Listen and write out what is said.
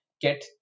get